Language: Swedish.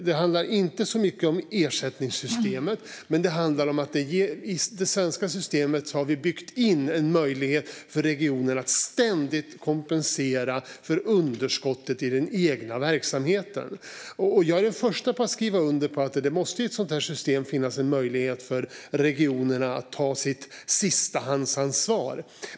Det handlar inte så mycket om ersättningssystemet, men det handlar om att vi i det svenska systemet har byggt in en möjlighet för regioner att ständigt kompensera för underskottet i den egna verksamheten. Jag är den förste att skriva under på att det i ett sådant här system måste finnas en möjlighet för regionerna att ta sitt sistahandsansvar.